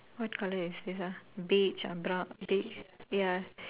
what colour is this ah beige ah brown beige ya